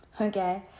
Okay